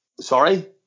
Sorry